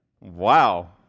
Wow